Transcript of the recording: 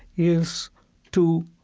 is to,